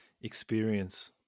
experience